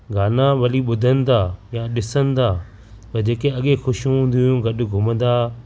गाना वरी ॿुधनि था या ॾिसंदा भई जेके अॻे ख़ुशियूं हूंदी हुयूं गॾु घुमंदा